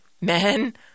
men